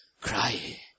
cry